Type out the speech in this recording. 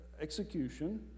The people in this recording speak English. execution